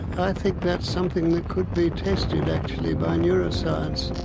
i think that's something that could be tested actually, by neuroscience.